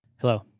Hello